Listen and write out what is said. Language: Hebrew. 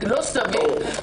לא סביר.